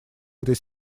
этой